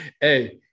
Hey